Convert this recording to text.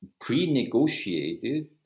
pre-negotiated